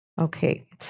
Okay